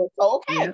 Okay